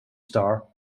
star